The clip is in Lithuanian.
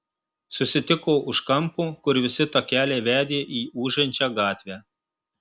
susitiko už kampo kur visi takeliai vedė į ūžiančią gatvę